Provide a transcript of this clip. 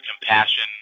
compassion